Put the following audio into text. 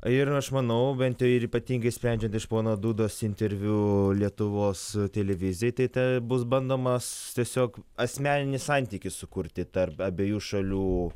ir aš manau bent jau ir ypatingai sprendžiant iš pona dudos interviu lietuvos televizijai tai ta bus bandomas tiesiog asmeninį santykį sukurti tarp abiejų šalių